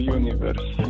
universe